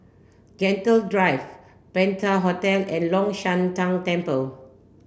Gentle Drive Penta Hotel and Long Shan Tang Temple